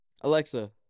Alexa